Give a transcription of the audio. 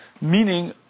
Meaning